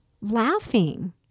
laughing